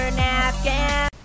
napkin